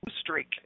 streak